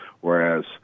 whereas